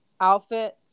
outfit